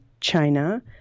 China